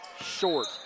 short